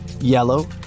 yellow